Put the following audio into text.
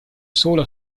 solo